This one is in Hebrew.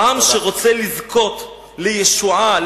העם שרוצה לזכות לישועה,